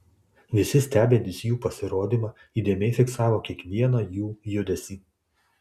visi stebintys jų pasirodymą įdėmiai fiksavo kiekvieną jų judesį